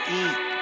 eat